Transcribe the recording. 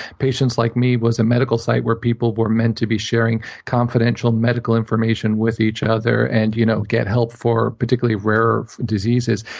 patients like me was a medical site where people were meant to be sharing confidential medical information with each other and you know get help for particularly rare diseases.